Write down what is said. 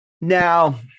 Now